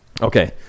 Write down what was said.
Okay